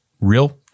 real